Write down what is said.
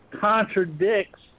contradicts